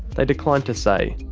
they declined to say.